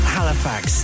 Halifax